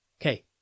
Okay